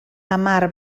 amar